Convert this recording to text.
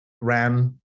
ran